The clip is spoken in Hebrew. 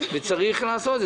וצריך לעשות.